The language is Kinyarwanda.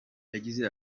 yagize